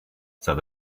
said